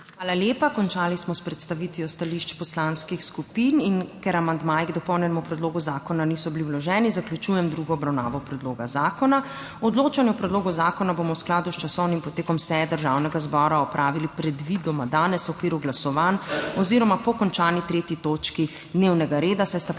Hvala lepa. Končali smo s predstavitvijo stališč poslanskih skupin. Ker amandmaji k dopolnjenemu predlogu zakona niso bili vloženi, zaključujem drugo obravnavo predloga zakona. Odločanje o predlogu zakona bomo v skladu s časovnim potekom seje Državnega zbora opravili predvidoma danes v okviru glasovanj oziroma po končani 3. točki dnevnega reda, saj sta predloga